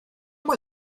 mal